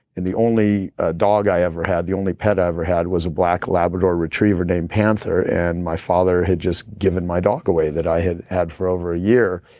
and the only ah dog i ever had, the only pet ever had was a black labrador retriever named panther. and my father had just given my dog away that i had had for over a year.